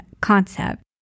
concept